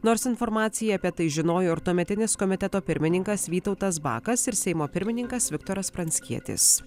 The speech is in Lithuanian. nors informaciją apie tai žinojo ir tuometinis komiteto pirmininkas vytautas bakas ir seimo pirmininkas viktoras pranckietis